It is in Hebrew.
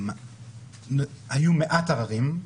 היו מעט עררים,